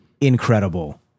incredible